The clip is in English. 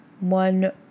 One